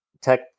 tech